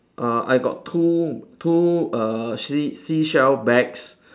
uh I got two two err sea seashell bags